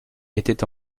était